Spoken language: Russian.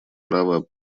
право